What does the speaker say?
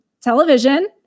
television